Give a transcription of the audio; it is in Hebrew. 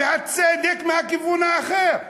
והצדק מהכיוון האחר,